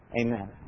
Amen